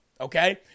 Okay